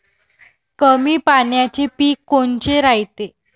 कमी पाण्याचे पीक कोनचे रायते?